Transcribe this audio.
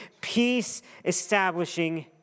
peace-establishing